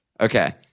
Okay